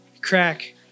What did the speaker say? crack